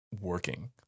working